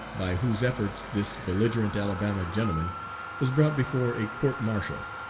by whose efforts this belligerent alabama gentleman was brought before a court martial,